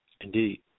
Indeed